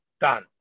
Done